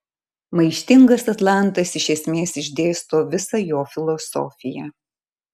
maištingas atlantas iš esmės išdėsto visą jo filosofiją